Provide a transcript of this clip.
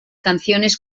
canciones